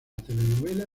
telenovela